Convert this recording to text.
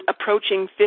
approaching